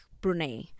Brunei